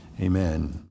Amen